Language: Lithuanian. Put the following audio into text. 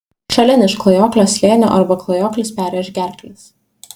šalin iš klajoklio slėnio arba klajoklis perrėš gerkles